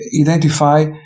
identify